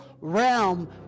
realm